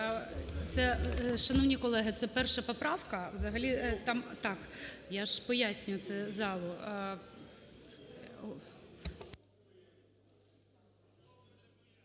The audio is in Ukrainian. Шановні колеги, це 1 поправка.